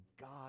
God